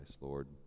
Lord